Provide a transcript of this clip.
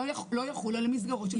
-- לא יחול על המסגרות של בריאות הנפש.